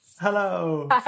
Hello